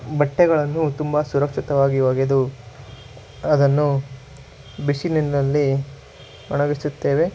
ಬಟ್ಟೆಗಳನ್ನು ತುಂಬ ಸುರಕ್ಷಿತವಾಗಿ ಒಗೆದು ಅದನ್ನು ಬಿಸಿಲಿನಲ್ಲಿ ಒಣಗಿಸುತ್ತೇವೆ